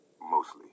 mostly